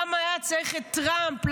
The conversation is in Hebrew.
למה היה צריך את טראמפ?